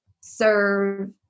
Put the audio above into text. serve